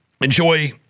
enjoy